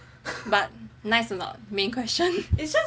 but nice or not main question